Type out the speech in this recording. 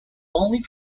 only